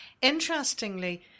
interestingly